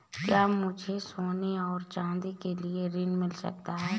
क्या मुझे सोने और चाँदी के लिए ऋण मिल सकता है?